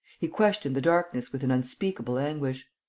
he questioned the darkness with an unspeakable anguish.